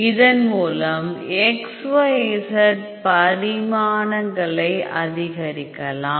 இதன் மூலம் XYZ பரிமாணங்களை அதிகரிக்கலாம்